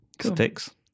sticks